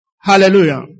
Hallelujah